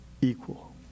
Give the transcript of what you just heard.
Equal